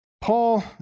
Paul